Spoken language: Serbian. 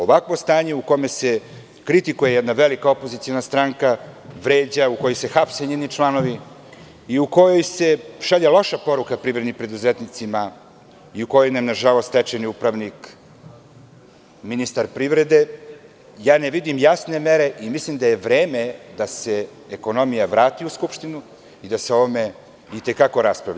Ovakvo stanje u kome se kritikuje jedna velika opoziciona stranka, vređa, u kojoj se hapse njeni članovi i u kojoj se šalje loša poruka privrednim preduzetnicima i u kojoj nam je, nažalost, stečajni upravnik ministar privrede, ja ne vidim jasne mere i mislim da je vreme da se ekonomija vrati u Skupštinu i da se o ovome i te kako raspravlja.